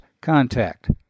contact